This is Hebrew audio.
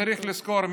צריך לזכור,